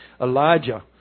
Elijah